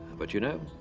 but you know,